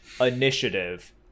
initiative